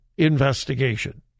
investigation